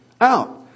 Out